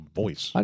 voice